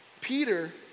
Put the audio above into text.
peter